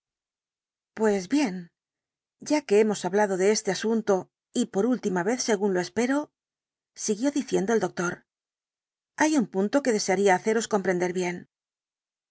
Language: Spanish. pues bien ya que hemos hablado de este asunto y por última vez según lo espero siguió diciendo el doctor hay un punto que desearía haceros comprender bien